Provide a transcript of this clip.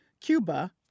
Cuba